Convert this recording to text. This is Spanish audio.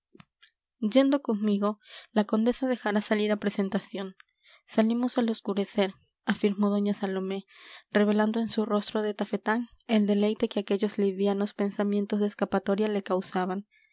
yendo conmigo la condesa dejará salir a presentación salimos al oscurecer afirmó doña salomé revelando en su rostro de tafetán el deleite que aquellos livianos pensamientos de escapatoria le causaban